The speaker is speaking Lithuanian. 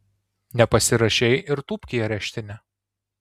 nepasirašei ir tūpk į areštinę